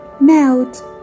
Melt